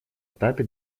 этапе